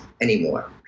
anymore